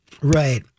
Right